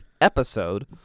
episode